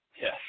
Yes